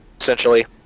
essentially